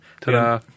Ta-da